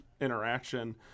interaction